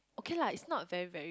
okay lah it's not very very